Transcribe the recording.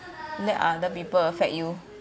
let other people affect you